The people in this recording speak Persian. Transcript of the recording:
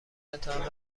تان